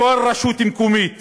בכל רשות מקומית